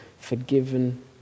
forgiven